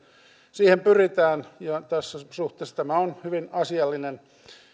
siihen pyritään tässä suhteessa tämä on hyvin asiallinen